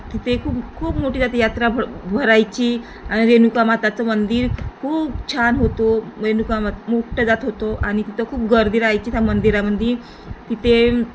तिथे खूप खूप मोठी जाती यात्रा भर भरायची आणि रेणुकामाताचं मंदिर खूप छान होतो रेनुकामात मोठं जात होतो आणि तिथं खूप गर्दी राहायची त्या मंदिरामध्ये तिथे